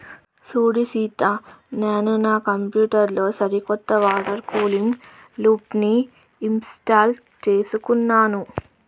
సూడు సీత నాను నా కంప్యూటర్ లో సరికొత్త వాటర్ కూలింగ్ లూప్ని ఇంస్టాల్ చేసుకున్నాను